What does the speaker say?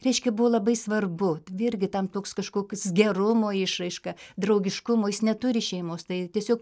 reiškia buvo labai svarbu virgi tam toks kažkoks gerumo išraiška draugiškumo jis neturi šeimos tai tiesiog